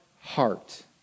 heart